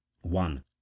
One